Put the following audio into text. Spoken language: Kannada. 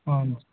ಹಾಂ